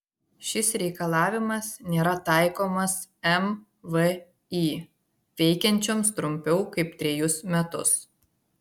šis reikalavimas nėra taikomas mvį veikiančioms trumpiau kaip trejus metus